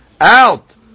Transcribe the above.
out